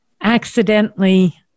accidentally